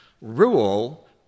Rule